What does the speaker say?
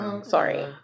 Sorry